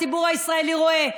הציבור הישראלי רואה,